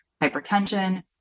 hypertension